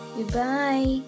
Goodbye